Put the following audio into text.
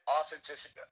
authenticity